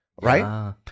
right